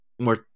more